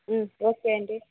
okay అండి